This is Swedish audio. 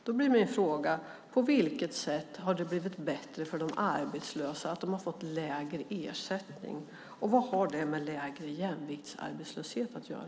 Då blir min fråga: På vilket sätt har det blivit bättre för de arbetslösa när de har fått lägre ersättning, och vad har det med lägre jämviktsarbetslöshet att göra?